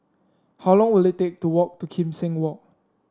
how long will it take to walk to Kim Seng Walk